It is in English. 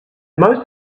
most